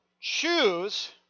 choose